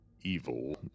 evil